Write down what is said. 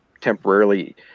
temporarily